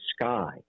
sky